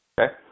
okay